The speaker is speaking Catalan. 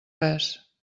res